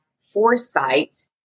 foresight